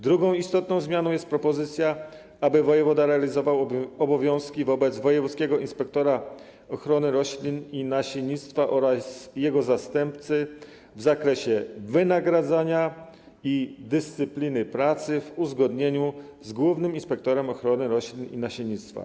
Drugą istotną zmianą jest propozycja, aby wojewoda realizował obowiązki wobec wojewódzkiego inspektora ochrony roślin i nasiennictwa oraz jego zastępcy w zakresie wynagradzania i dyscypliny pracy w uzgodnieniu z głównym inspektorem ochrony roślin i nasiennictwa.